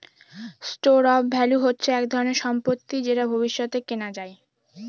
store of value হচ্ছে এক ধরনের সম্পত্তি যেটা ভবিষ্যতে কেনা যায়